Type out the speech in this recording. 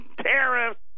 tariffs